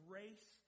race